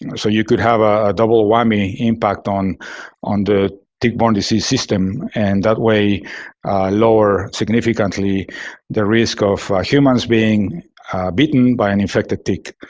and so, you could have a double whammy impact on on the tick-borne disease system and that way lower significantly the risk of humans being bitten by an infected tick.